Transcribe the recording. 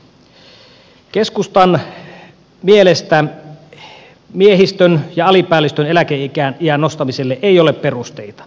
keskustan mielestä miehistön ja alipäällystön eläkeiän nostamiselle ei ole perusteita